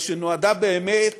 אבל היא נועדה באמת